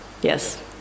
Yes